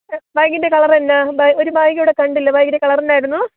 ബാഗിന്റെ കളറെന്നാ ബാ ഒരു ബാഗിവിടെ കണ്ടില്ല ബാഗിന്റെ കളറെന്നായിരുന്നു